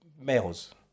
males